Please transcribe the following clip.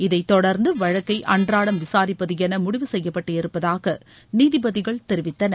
இதைத்தொடர்ந்து வழக்கை அன்றாடம் விசாரிப்பது என முடிவு செய்யப்பட்டு இருப்பதாக நீதிபதிகள் தெரிவித்தனர்